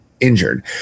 Injured